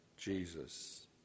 Jesus